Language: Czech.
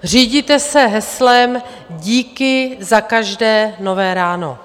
Řídíte se heslem díky za každé nové ráno.